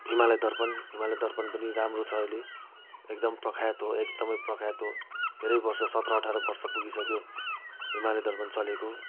हिमालय दर्पण हिमालय दर्पण पनि राम्रो छ अहिले एकदम प्रख्यात हो एकदमै प्रख्यात हो धेरै वर्ष सत्र अठार वर्ष पुगिसक्यो हिमालय दर्पण चलेको